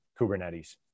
Kubernetes